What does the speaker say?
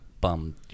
Bum